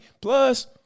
Plus